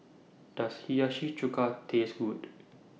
Does Hiyashi Chuka Taste Good